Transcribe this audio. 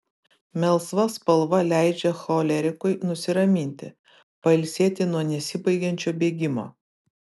melsva spalva leidžia cholerikui nusiraminti pailsėti nuo nesibaigiančio bėgimo